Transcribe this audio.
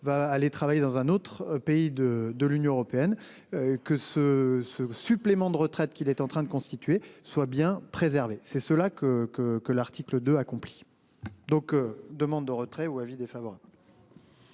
va aller travailler dans un autre pays de de l'Union européenne. Que ce ce supplément de retraite qu'il est en train de constituer soit bien préservé, c'est cela que que que l'article 2 accompli. Donc demande de retrait ou avis défavorable.--